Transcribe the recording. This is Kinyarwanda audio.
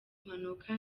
mpanuka